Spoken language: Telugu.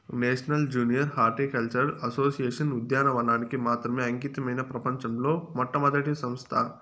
నేషనల్ జూనియర్ హార్టికల్చరల్ అసోసియేషన్ ఉద్యానవనానికి మాత్రమే అంకితమైన ప్రపంచంలో మొట్టమొదటి సంస్థ